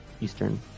Eastern